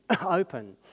open